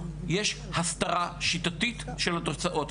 יש הסתרה שיטתית של התוצאות,